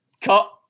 cut